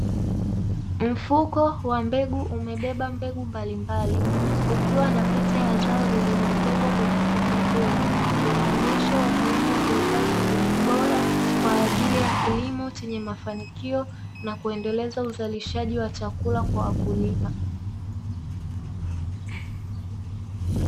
Mfuko wa mbegu umebeba mbegu mbalimbali, ukiwa na picha ya zao lililotengwa kwenye mfuko huo unaonyesha umuhimu wa kuhifadhi mbegu bora kwa ajili ya kilimo chenye mafanikio, na kuendeleza uzalishaji wa chakula kwa wakulima.